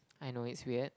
I know it's weird